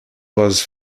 was